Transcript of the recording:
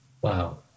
Wow